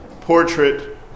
portrait